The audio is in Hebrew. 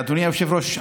אדוני היושב-ראש,